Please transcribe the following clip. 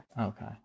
okay